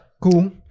cool